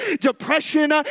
depression